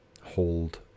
hold